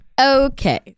okay